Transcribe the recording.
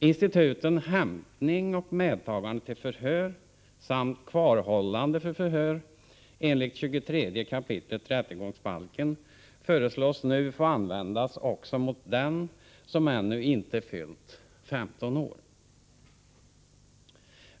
Instituten hämtning och medtagande till förhör samt kvarhållande för förhör enligt 23 kap. rättegångsbalken föreslås nu få användas också mot den som ännu inte fyllt 15 år.